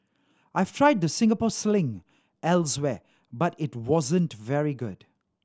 I've tried the Singapore Sling elsewhere but it wasn't very good